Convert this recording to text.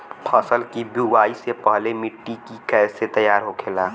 फसल की बुवाई से पहले मिट्टी की कैसे तैयार होखेला?